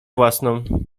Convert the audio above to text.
własną